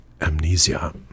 amnesia